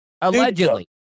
Allegedly